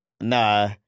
Nah